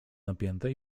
napięte